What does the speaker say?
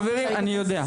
חברים, אני יודע.